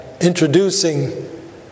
introducing